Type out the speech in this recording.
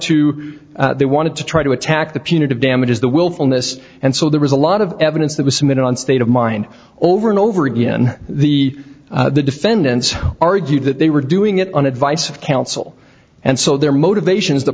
to they wanted to try to attack the punitive damages the willfulness and so there was a lot of evidence that was submitted on state of mind over and over again the defendants argued that they were doing it on advice of counsel and so their motivations the